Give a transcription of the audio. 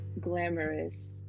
glamorous